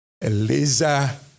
eliza